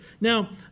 Now